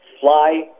fly